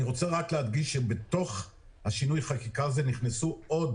רוצה רק להדגיש שלתוך שינוי החקיקה הזה נכנסו עוד